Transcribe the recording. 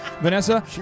Vanessa